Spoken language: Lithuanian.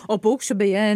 o paukščių beje